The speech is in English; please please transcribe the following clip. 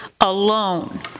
alone